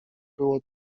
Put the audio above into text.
było